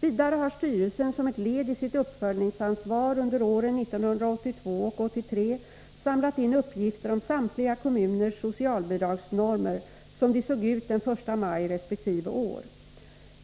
Vidare har styrelsen som ett led i sitt uppföljningsansvar under åren 1982 och 1983 samlat in uppgifter om samtliga kommuners socialbidragsnormer som de såg ut den 1 maj resp. år.